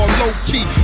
low-key